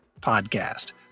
podcast